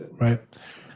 Right